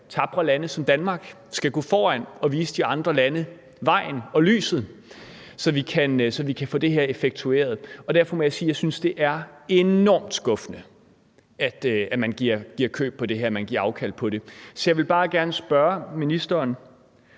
tapre lande som Danmark skal gå foran og vise de andre lande vejen og lyset, så vi kan få det her effektueret. Og derfor må jeg sige, at jeg synes, det er enormt skuffende, at man giver køb på det her, at man giver afkald på det. Så jeg vil bare gerne spørge ministeren: